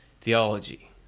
theology